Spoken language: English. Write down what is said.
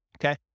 okay